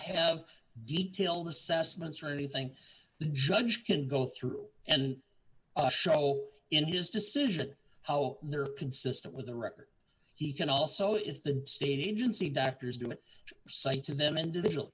have detailed assessments or anything the judge can go through and a show in his decision how they're consistent with the record he can also if the state agency doctors didn't cite to them individual